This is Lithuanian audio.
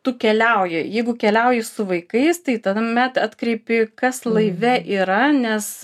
tu keliauji jeigu keliauji su vaikais tai tuomet atkreipi kas laive yra nes